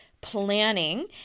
planning